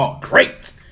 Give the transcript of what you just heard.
great